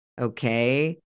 okay